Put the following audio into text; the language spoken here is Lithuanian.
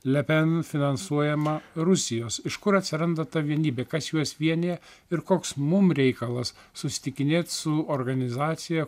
le pen finansuojama rusijos iš kur atsiranda ta vienybė kas juos vienija ir koks mum reikalas susitikinėt su organizacija